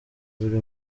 buri